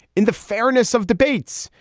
in the fairness of debates,